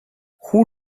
who